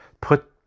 Put